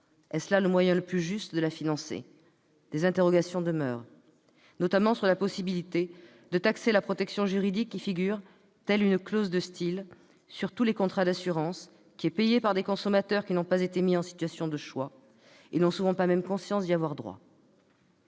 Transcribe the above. est-ce là le moyen le plus juste de la financer ? Des interrogations demeurent, notamment sur la possibilité de taxer la protection juridique, qui figure, telle une clause de style, sur tous les contrats d'assurance, et est payée par des consommateurs qui n'ont pas été mis en situation de choix et n'ont souvent pas même conscience d'y avoir droit.